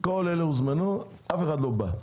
כל אלה הוזמנו אבל אף אחד לא בא.